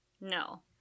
No